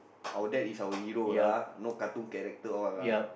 our dad is our hero lah no cartoon character all lah